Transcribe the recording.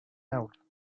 نبود